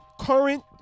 current